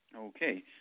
Okay